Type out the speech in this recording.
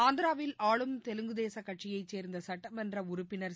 ஆந்திராவில் ஆளும் தெலுங்குதேச கட்சியைச் சேர்ந்த சுட்டமன்ற உறுப்பினர் திரு